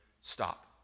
stop